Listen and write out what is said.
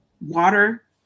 Water